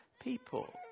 people